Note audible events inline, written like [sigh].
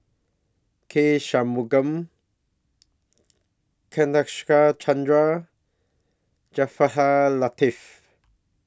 K Shanmugam [noise] Nadasen Chandra Jaafar Ha Latiff